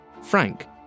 Frank